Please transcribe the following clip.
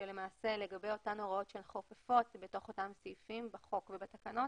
למעשה לגבי אותן הוראות שהן חופפות בתוך אותם סעיפים בחוק ובתקנות,